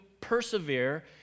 persevere